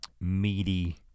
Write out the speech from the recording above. meaty